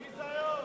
ביזיון.